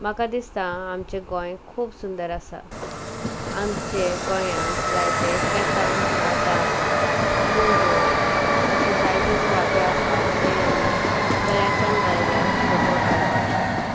म्हाका दिसता आमचें गोंय खूब सुंदर आसा आमचे गोंयांत जायते शेतां भाटां दोंगोर अशे जायते सुवाते आसा जे आमी बऱ्याच्यान बरे फोटो काडपाक शकता